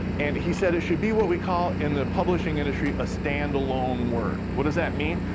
and he said, it should be what we call in the publishing industry a stand-alone work what does that mean?